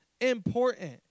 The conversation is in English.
important